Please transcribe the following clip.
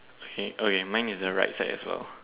okay okay mine is the right side as well